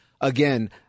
again